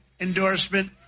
endorsement